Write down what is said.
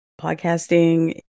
podcasting